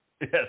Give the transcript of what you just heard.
Yes